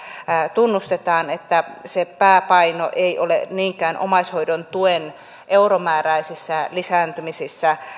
tunnustetaan että se pääpaino ei ole niinkään omaishoidon tuen euromääräisissä lisääntymisissä